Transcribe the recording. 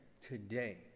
today